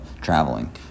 traveling